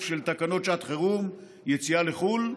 של תקנות שעת חירום (יציאה לחוץ-לארץ)